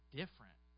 different